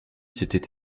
s’était